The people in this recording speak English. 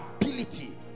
ability